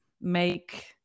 make